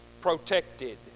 protected